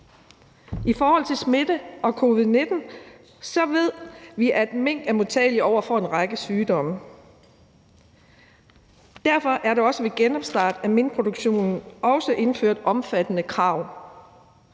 I forhold til smitte og covid-19 ved vi, at mink er modtagelig over for en række sygdomme. Derfor er der også ved genopstart af minkproduktionen indført omfattende krav,